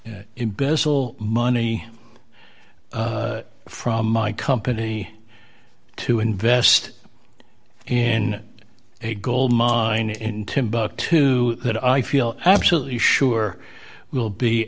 t embezzle money from my company to invest in a gold mine in timbuktu that i feel absolutely sure will be